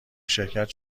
شرکت